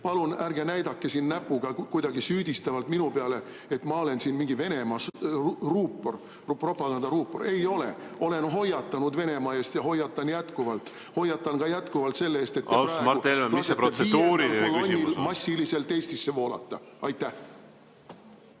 palun ärge näidake näpuga süüdistavalt minu peale, et ma olen siin mingi Venemaa ruupor, propaganda ruupor. Ei ole. Olen hoiatanud Venemaa eest ja hoiatan jätkuvalt. Hoiatan ka jätkuvalt selle eest, et te praegu lasete viiendal kolonnil massiliselt Eestisse voolata.